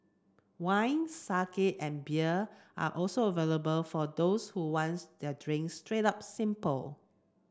wine and beer are also available for those who wants their drinks straight up simple